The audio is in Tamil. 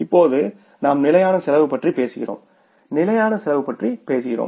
இப்போது நாம் நிலையான செலவு பற்றி பேசுகிறோம் நிலையான செலவு பற்றி பேசுகிறோம்